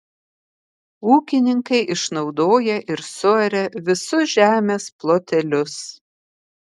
ūkininkai išnaudoja ir suaria visus žemės plotelius